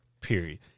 Period